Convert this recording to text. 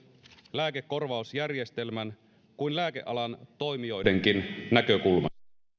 lääkekorvausjärjestelmän kuin lääkealan toimijoidenkin näkökulmasta